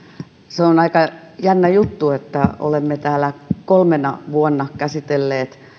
se on aika jännä juttu että olemme täällä kolmena vuonna käsitelleet